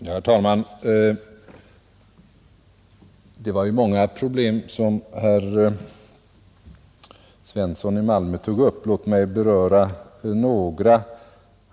Herr talman! Det var många problem som herr Svensson i Malmö tog upp. Låt mig beröra några.